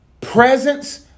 presence